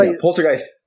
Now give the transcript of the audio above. Poltergeist